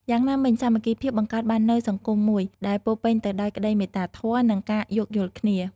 យ៉ាងណាមិញ សាមគ្គីភាពបង្កើតបាននូវសង្គមមួយដែលពោរពេញទៅដោយក្តីមេត្តាធម៌ និងការយោគយល់គ្នា។